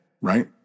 right